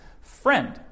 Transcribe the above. friend